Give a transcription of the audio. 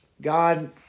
God